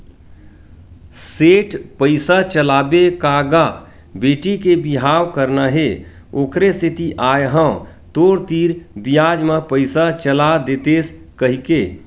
सेठ पइसा चलाबे का गा बेटी के बिहाव करना हे ओखरे सेती आय हंव तोर तीर बियाज म पइसा चला देतेस कहिके